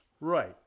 right